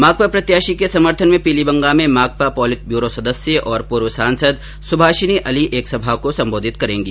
माकपा प्रत्याशी के समर्थन में पीलीबंगा में माकपा पोलित ब्यूरो सदस्य और पूर्व सांसद सुभाषिनी अली एक सभा को संबोधित करेंगी